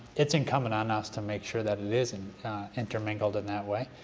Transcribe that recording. it's incumbent on us to make sure that it is and intermingled in that way.